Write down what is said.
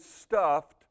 stuffed